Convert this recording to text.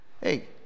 Hey